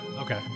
Okay